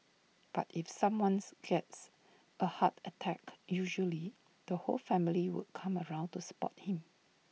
but if someone's gets A heart attack usually the whole family would come around to support him